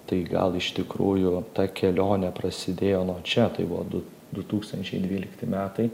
tai gal iš tikrųjų ta kelionė prasidėjo nuo čia tai buvo du du tūkstančiai dvylikti metai